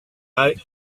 our